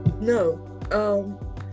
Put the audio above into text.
No